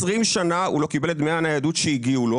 במשך 20 שנה הוא לא קיבל את דמי הניידות שהגיעו לו.